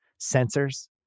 sensors